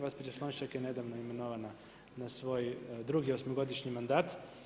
Gospođa Slonjšak je nedavno imenovana na svoj drugi osmogodišnji mandat.